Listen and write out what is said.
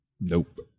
nope